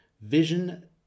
vision